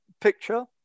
picture